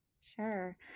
Sure